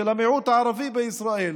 של המיעוט הערבי בישראל,